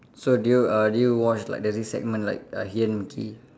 so do you uh do you watch like there's this segment like uh hidden mickey